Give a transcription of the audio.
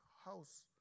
house